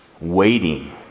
waiting